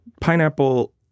Pineapple